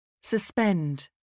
Suspend